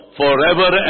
forever